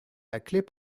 laclais